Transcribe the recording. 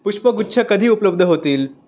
पुष्पगुच्छ कधी उपलब्ध होतील